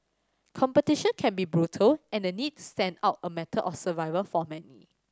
competition can be brutal and the need stand out a matter of survival for many